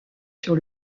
sur